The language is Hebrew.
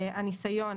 הניסיון,